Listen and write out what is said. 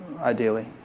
ideally